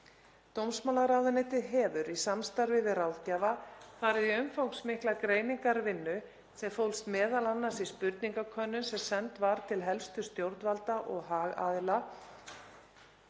Dómsmálaráðuneytið hefur í samstarfi við ráðgjafa farið í umfangsmikla greiningarvinnu sem fólst m.a. í spurningakönnun sem send var til helstu stjórnvalda og hagaðila